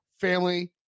family